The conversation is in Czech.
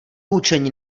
hučení